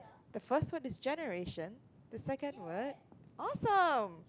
the first word is generation the second word awesome